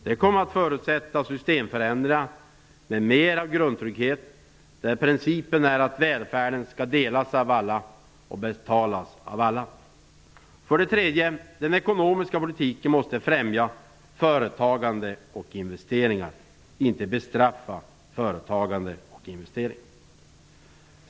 Detta kommer att förutsätta systemförändringar, med mer av grundtrygghet, där principen är att välfärden skall delas av alla och betalas av alla. För det tredje: Den ekonomiska politiken måste främja, inte bestraffa, företagande och investeringar.